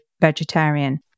vegetarian